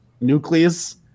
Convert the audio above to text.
Nucleus